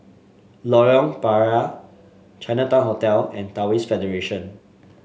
Lorong Payah Chinatown Hotel and Taoist Federation